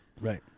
Right